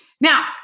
Now